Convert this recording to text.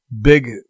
big